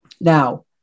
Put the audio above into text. Now